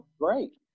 great